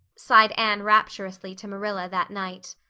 sighed anne rapturously to marilla that night.